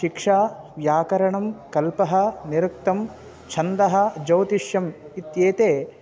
शिक्षा व्याकरणं कल्पः निरुक्तं छन्दः ज्यौतिष्यम् इत्येतानि